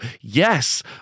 yes